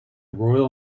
royal